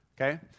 okay